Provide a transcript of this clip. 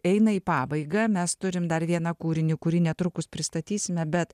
eina į pabaigą mes turim dar vieną kūrinį kurį netrukus pristatysime bet